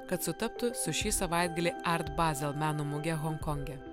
kad sutaptų su šį savaitgalį art basel meno muge honkonge